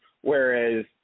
Whereas